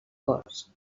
cors